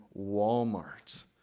Walmart